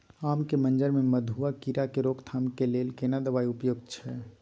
आम के मंजर में मधुआ कीरा के रोकथाम के लेल केना दवाई उपयुक्त छै?